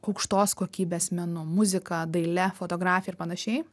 aukštos kokybės menu muzika daile fotografija ir panašiai